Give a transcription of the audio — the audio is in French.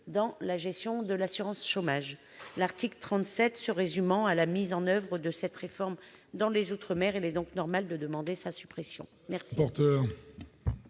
dans la gestion de l'assurance chômage. L'article 37 se résumant à la mise en oeuvre de cette réforme dans les outre-mer, il est donc normal que nous demandions sa suppression. Quel